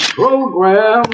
program